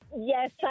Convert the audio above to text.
Yes